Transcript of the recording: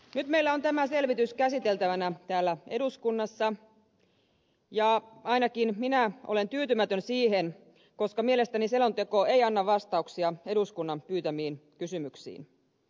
nyt meillä on tämä selvitys käsiteltävänä täällä eduskunnassa ja ainakin minä olen tyytymätön siihen koska mielestäni selonteko ei anna vastauksia eduskunnan pyytämiin kysymyksiin